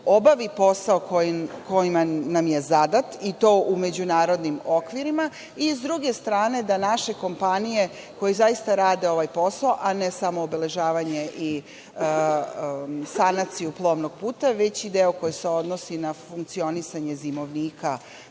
obavi posao koji nam je zadat, i to u međunarodnim okvirima, i s druge strane, da naše kompanije, koje zaista rade ovaj posao, a ne samo obeležavanje i sanaciju plovnog puta, već i deo koji se odnosi na funkcionisanje zimovnika